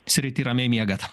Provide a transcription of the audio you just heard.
srity ramiai miegat